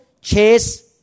chase